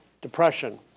depression